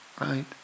right